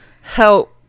help